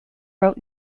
wrote